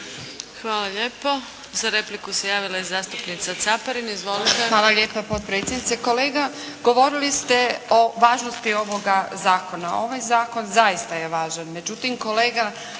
Hvala lijepo. Za repliku se javila i zastupnica Caparin. Izvolite! **Caparin, Karmela (HDZ)** Hvala lijepa potpredsjednice. Kolega! Govorili ste o važnosti ovoga zakona. Ovaj zakon zaista je važan.